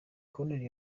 koruneli